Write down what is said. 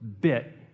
bit